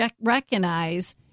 recognize